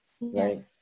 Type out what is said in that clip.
right